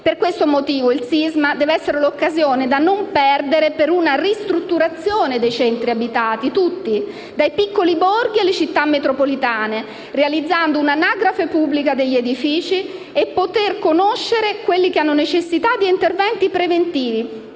Per questo motivo, il sisma deve essere l'occasione da non perdere per una ristrutturazione dei centri abitati: tutti, dai piccoli borghi alle città metropolitane, realizzando un'anagrafe pubblica degli edifici per conoscere quelli che hanno necessità di interventi preventivi